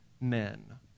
men